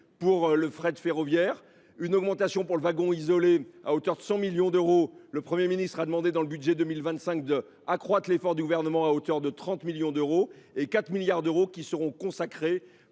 pour le fret ferroviaire, avec une augmentation pour le wagon isolé à hauteur de 100 millions d’euros. Le Premier ministre a demandé, dans le cadre du budget pour 2025, d’accroître l’effort du Gouvernement à hauteur de 30 millions d’euros, et 4 milliards d’euros seront consacrés